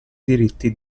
diritti